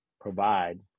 provide